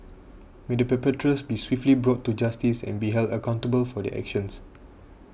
may the perpetrators be swiftly brought to justice and be held accountable for their actions